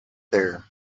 there